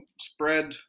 spread